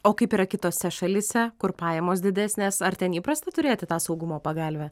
o kaip yra kitose šalyse kur pajamos didesnės ar ten įprasta turėti tą saugumo pagalvę